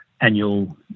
annual